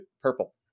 purple